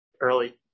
early